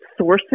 sourcing